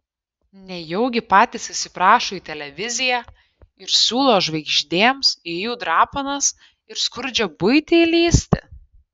nejaugi patys įsiprašo į televiziją ir siūlo žvaigždėms į jų drapanas ir skurdžią buitį įlįsti